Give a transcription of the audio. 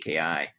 AKI